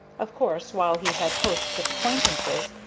of course, while he had hosts of acquaintances,